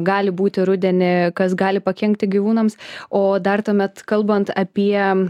gali būti rudenį kas gali pakenkti gyvūnams o dar tuomet kalbant apie